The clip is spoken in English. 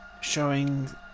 showing